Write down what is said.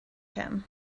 him